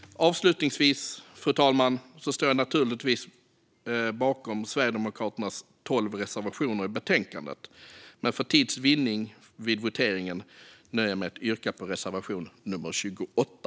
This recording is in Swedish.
Fru talman! Avslutningsvis står jag naturligtvis bakom Sverigedemokraternas tolv reservationer i betänkandet, men för tids vinnande vid voteringen nöjer jag mig med att yrka bifall endast till reservation nummer 28.